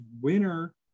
winner